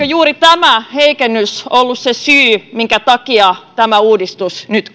juuri tämä heikennys ollut se syy minkä takia tämä uudistus nyt